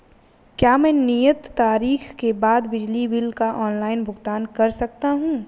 क्या मैं नियत तारीख के बाद बिजली बिल का ऑनलाइन भुगतान कर सकता हूं?